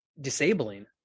disabling